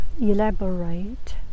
elaborate